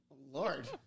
Lord